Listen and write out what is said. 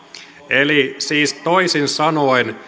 eli siis toisin sanoen